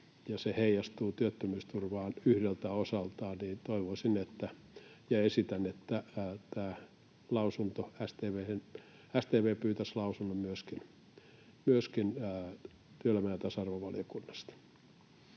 ja se heijastuu työttömyysturvaan yhdeltä osaltaan, niin toivoisin ja esitän, että StV pyytäisi lausunnon myöskin työelämä‑ ja tasa-arvovaliokunnasta.